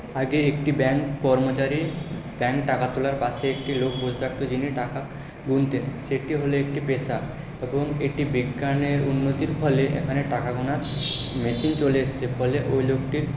আগে একটি ব্যাংক কর্মচারী ব্যাংক টাকা তোলার পাশে একটি লোক বসে থাকতো যিনি টাকা গুনতেন সেটি হলো একটি পেশা এবং এটি বিজ্ঞানের উন্নতির ফলে এখানে টাকা গোনার মেশিন চলে এসছে ফলে ওই লোকটির